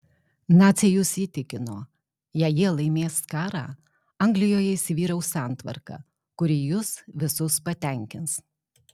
naciai jus įtikino jei jie laimės karą anglijoje įsivyraus santvarka kuri jus visus patenkins